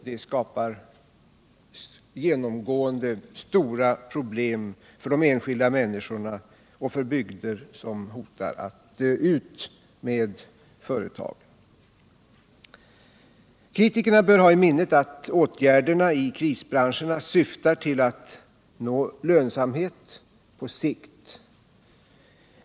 Det skapar genomgående stora problem för de enskilda människorna och de bygder som hotar att dö ut med företagen. Kritikerna bör ha i minnet att åtgärderna i krisbranscherna syftar till att nå lönsamhet på sikt.